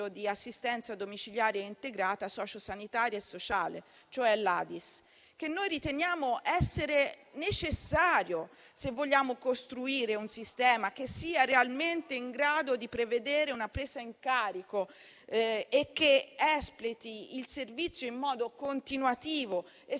di assistenza domiciliare integrata sociosanitaria e sociale (ADISS), che noi riteniamo essere necessario se vogliamo costruire un sistema che sia realmente in grado di prevedere una presa in carico e che esplichi il servizio in modo continuativo e